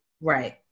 Right